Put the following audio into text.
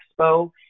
expo